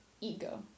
ego